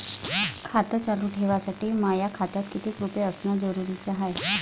खातं चालू ठेवासाठी माया खात्यात कितीक रुपये असनं जरुरीच हाय?